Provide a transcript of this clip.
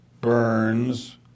Burns